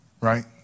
Right